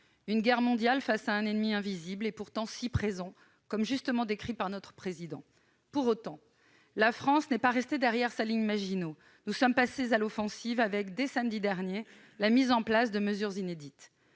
une guerre mondiale contre un ennemi invisible, et pourtant si présent, comme l'a justement dit notre président. Pour autant, la France n'est pas restée derrière sa ligne Maginot. Nous sommes passés à l'offensive avec, dès samedi dernier, la mise en place de mesures inédites.